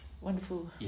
wonderful